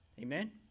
Amen